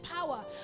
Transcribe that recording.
power